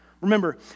Remember